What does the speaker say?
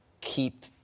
keep